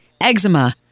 eczema